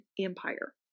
Empire